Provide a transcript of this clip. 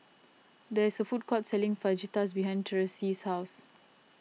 there's a food court selling Fajitas behind Tyreese's house